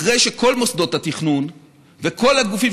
אחרי שכל מוסדות התכנון וכל הגופים